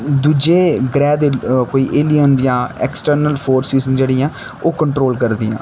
दूजे ग्रैह दे कोई एलियन जां ऐक्सट्रनल फोर्सिस जेह्ड़ियां ओह् कंट्रोल करदियां